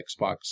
Xbox